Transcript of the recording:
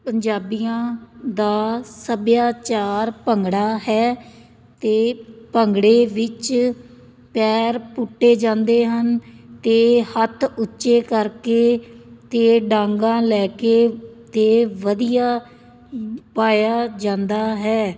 ਪੰਜਾਬੀਆਂ ਦਾ ਸੱਭਿਆਚਾਰ ਭੰਗੜਾ ਹੈ ਅਤੇ ਭੰਗੜੇ ਵਿੱਚ ਪੈਰ ਪੁੱਟੇ ਜਾਂਦੇ ਹਨ ਅਤੇ ਹੱਥ ਉੱਚੇ ਕਰਕੇ ਅਤੇ ਡਾਂਗਾ ਲੈ ਕੇ ਅਤੇ ਵਧੀਆ ਪਾਇਆ ਜਾਂਦਾ ਹੈ